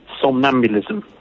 somnambulism